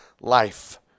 life